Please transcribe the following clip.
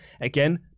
Again